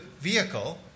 vehicle